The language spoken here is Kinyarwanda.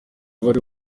bari